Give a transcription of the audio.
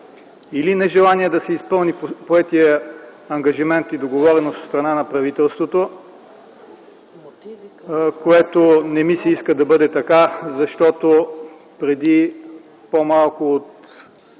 или нежелание да се изпълни поетият ангажимент и договореност от страна на правителството, което не ми се иска да бъде така, защото преди по-малко от